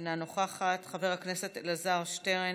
אינה נוכחת, חבר הכנסת אלעזר שטרן,